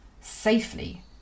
safely